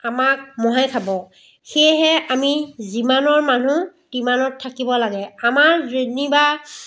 আমাক মহে খাব সেয়েহে আমি যিমানৰ মানুহ তিমানত থাকিব লাগে আমাৰ যেনিবা